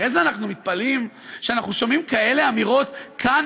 אחרי זה אנחנו מתפלאים שאנחנו שומעים כאלה אמירות כאן